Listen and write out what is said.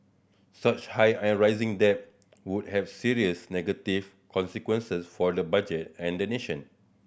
such high and rising debt would have serious negative consequences for the budget and the nation